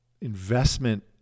investment